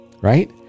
right